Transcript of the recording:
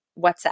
WhatsApp